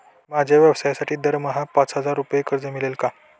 माझ्या व्यवसायासाठी दरमहा पाच हजार रुपये कर्ज मिळेल का?